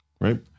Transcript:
right